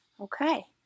Okay